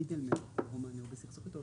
אנחנו נבדוק את הנושא.